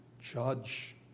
judge